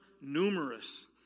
numerous